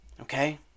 okay